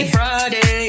Friday